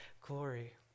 glory